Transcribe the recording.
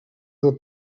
del